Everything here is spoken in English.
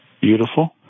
Beautiful